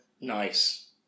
Nice